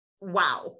wow